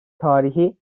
tarihi